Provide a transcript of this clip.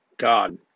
God